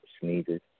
sneezes